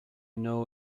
know